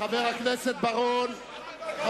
חבר הכנסת בר-און,